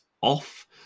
off